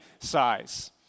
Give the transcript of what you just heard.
size